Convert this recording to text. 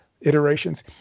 iterations